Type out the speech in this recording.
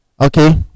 Okay